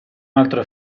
altro